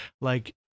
like-